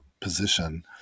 position